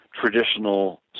traditional